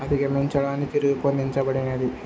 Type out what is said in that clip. అధిగమించడానికి రూపొందించబడినది